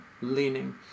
leaning